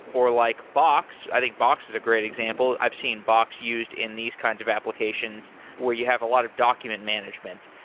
or like box. i think box is a great example. i've seen box used in these kinds of applications where you have a lot of document management.